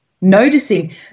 noticing